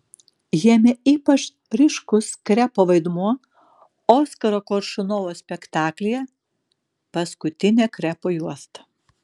jame ypač ryškus krepo vaidmuo oskaro koršunovo spektaklyje paskutinė krepo juosta